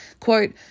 Quote